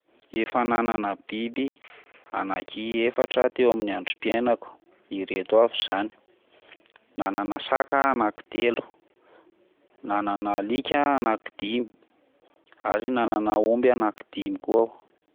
Efa nanana biby anaky efatra aho teo amin'ny androm-piainako ireto avy izany, nanana saka ah anaky telo, nanana alika ah anaky dimy, ary nanana omby anaky dimy koa aho.